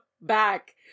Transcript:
back